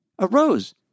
arose